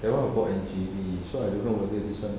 that [one] I bought in J_B so I don't know whether this [one]